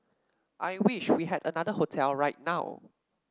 I wish we had another hotel right now